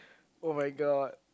[oh]-my-god